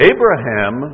Abraham